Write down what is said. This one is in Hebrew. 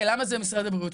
הרי למה זה במשרד הבריאות?